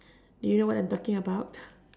do you know what I'm talking about